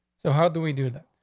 so how do we do that?